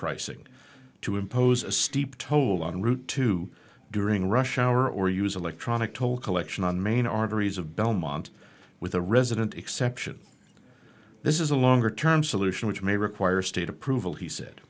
pricing to impose a steep toll on route two during rush hour or use electronic toll collection on main arteries of belmont with a resident exception this is a longer term solution which may require state approval he said